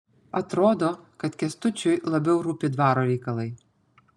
atrodo kad kęstučiui labiau rūpi dvaro reikalai